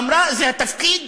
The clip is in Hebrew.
אמרה, זה התפקיד,